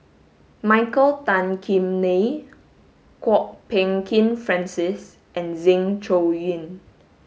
Michael Tan Kim Nei Kwok Peng Kin Francis and Zeng Shouyin